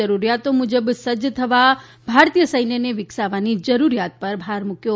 જરૂરિયાતો મુજબ સજ્જ થવા ભારતીય સૈન્યને વિકસાવવાની જરૂરિયાત પર ભાર મૂક્યો